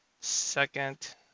Second